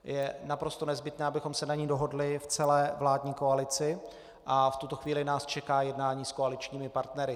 Je naprosto nezbytné, abychom se na ní dohodli v celé vládní koalici, a v tuto chvíli nás čeká jednání s koaličními partnery.